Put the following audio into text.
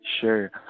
Sure